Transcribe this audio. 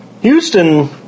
Houston